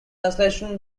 translation